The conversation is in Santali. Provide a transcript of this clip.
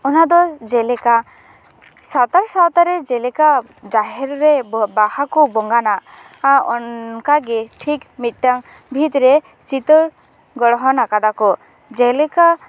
ᱚᱱᱟ ᱫᱚ ᱡᱮᱞᱮᱠᱟ ᱥᱟᱱᱛᱟᱲ ᱥᱟᱶᱛᱟᱨᱮ ᱡᱮᱞᱮᱠᱟ ᱡᱟᱦᱮᱨ ᱨᱮ ᱵᱟᱦᱟ ᱠᱚ ᱵᱚᱸᱜᱟᱱᱟ ᱦᱟᱸᱜ ᱚᱱᱠᱟᱜᱮ ᱴᱷᱤᱠ ᱢᱤᱫᱴᱟᱝ ᱵᱷᱤᱛᱨᱮ ᱪᱤᱛᱟᱹᱨ ᱜᱚᱲᱦᱚᱱᱟ ᱠᱟᱫᱟ ᱠᱚ ᱡᱮᱞᱮᱠᱟ